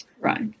right